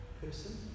person